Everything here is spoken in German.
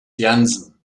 jansen